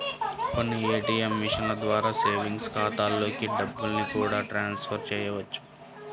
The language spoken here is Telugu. కొన్ని ఏ.టీ.యం మిషన్ల ద్వారా సేవింగ్స్ ఖాతాలలోకి డబ్బుల్ని కూడా ట్రాన్స్ ఫర్ చేయవచ్చు